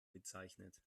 bezeichnet